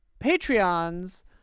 patreons